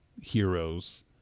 heroes